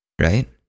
right